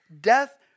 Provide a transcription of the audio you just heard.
death